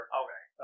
okay